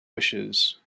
wishes